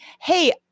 hey